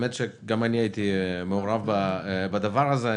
גם אני הייתי מעורב בדבר הזה,